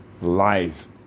life